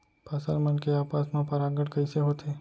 फसल मन के आपस मा परागण कइसे होथे?